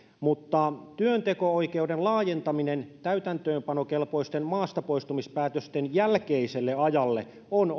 mutta työnteko oikeuden laajentaminen täytäntöönpanokelpoisten maastapoistumispäätösten jälkeiselle ajalle on